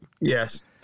Yes